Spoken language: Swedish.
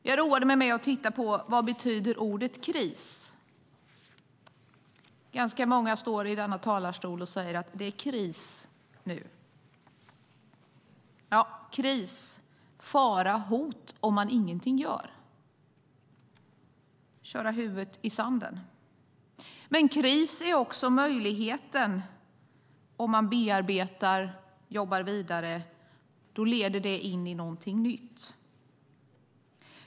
Jag roade mig med att titta på vad ordet "kris" betyder. Ganska många står i denna talarstol och säger att det är kris nu. Kris kan vara detsamma som fara eller hot om man ingenting gör. Då kan man köra huvudet i sanden. Men kris är också möjligheten om man bearbetar och jobbar vidare. Då leder det in i något nytt.